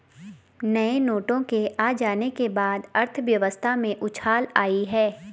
नए नोटों के आ जाने के बाद अर्थव्यवस्था में उछाल आयी है